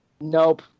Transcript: Nope